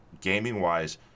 gaming-wise